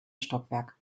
stockwerk